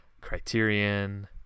Criterion